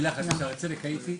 הישיבה ננעלה בשעה 15:00.